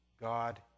God